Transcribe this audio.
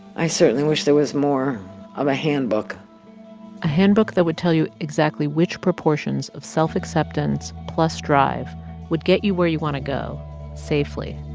i certainly wish there was more of a handbook a handbook that would tell you exactly which proportions of self-acceptance plus drive would get you where you want to go safely.